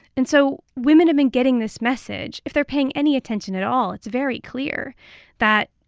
and so women have been getting this message. if they're paying any attention at all, it's very clear that,